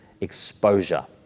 exposure